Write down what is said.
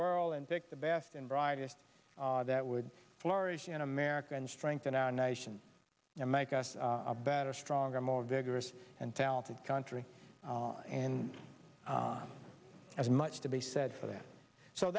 world and pick the best and brightest that would flourish in america and strengthen our nation and make us a better stronger more vigorous and talented country and has much to be said for that so